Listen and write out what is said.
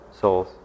souls